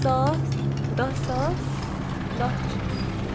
ساس دَہ ساس لَچھ